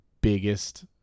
biggest